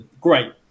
great